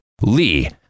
Lee